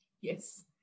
Yes